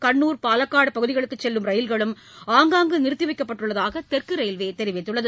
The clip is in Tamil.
கன்னூர் பாலக்காடு பகுதிகளுக்கு செல்லும் ரயில்களும் ஆங்காங்கே நிறுத்தி வைக்கப்பட்டுள்ளதாக தெற்கு ரயில்வே தெரிவித்துள்ளது